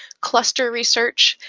cluster research,